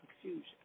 confusion